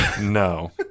No